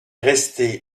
restée